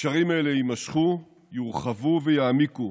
הקשרים האלה יימשכו, יורחבו ויעמיקו,